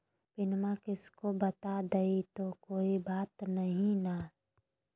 पिनमा किसी को बता देई तो कोइ बात नहि ना?